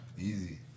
Easy